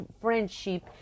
friendship